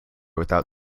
without